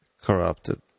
corrupted